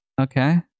okay